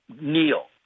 kneel